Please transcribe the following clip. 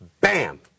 Bam